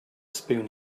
spoon